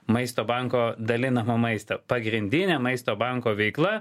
maisto banko dalinamo maisto pagrindinė maisto banko veikla